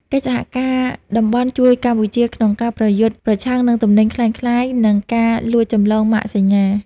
កិច្ចសហការតំបន់ជួយកម្ពុជាក្នុងការប្រយុទ្ធប្រឆាំងនឹងទំនិញក្លែងក្លាយ និងការលួចចម្លងម៉ាកសញ្ញា។